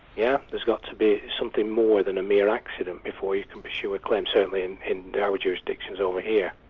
yeah there's got to be something more than a mere accident before you can pursue a claim, certainly in in and our jurisdictions over here.